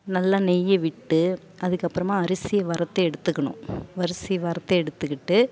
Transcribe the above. நல்லா நெய்யை விட்டு அதுக்கப்புறமா அரிசியை வறுத்து எடுத்துக்கணும் அரிசி வறுத்து எடுத்துக்கிட்டு